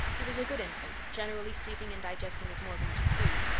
he was a good infant, generally sleeping and digesting as morgan decreed.